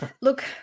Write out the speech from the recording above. look